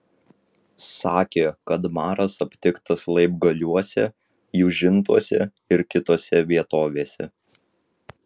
sakė kad maras aptiktas laibgaliuose jūžintuose ir kitose vietovėse